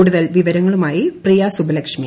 കൂടുതൽ വിവരങ്ങളുമായി പ്രിയ സുബ്ബുലക്ഷ്മി